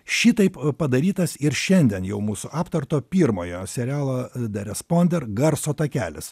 šitaip padarytas ir šiandien jau mūsų aptarto pirmojo serialo de responder garso takelis